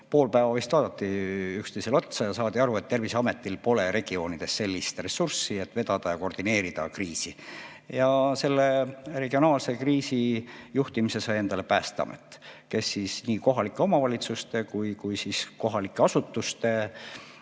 pool päeva vist vaadati üksteisele otsa ja saadi kohe aru, et Terviseametil pole regioonides sellist ressurssi, et vedada ja koordineerida kriisi. Regionaalse kriisijuhtimise ülesande sai endale Päästeamet, kes nii kohalike omavalitsuste kui ka kohalike asutuste